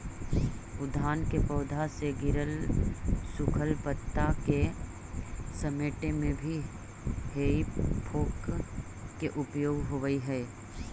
उद्यान के पौधा से गिरल सूखल पता के समेटे में भी हेइ फोक के उपयोग होवऽ हई